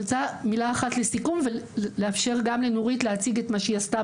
אני רוצה מילה אחת לסיכום ולאפשר גם לנורית להציג את מה שהיא עשתה